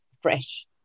fresh